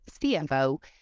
CFO